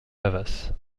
havas